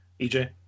ej